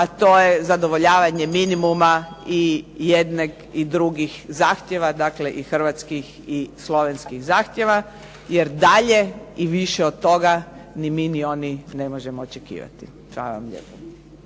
a to je zadovoljavanje minimuma i jednog i drugih zahtjeva, dakle i hrvatskih i slovenskih zahtjeva jer dalje i više od toga ni mi ni oni ne možemo očekivati. Hvala vam lijepo.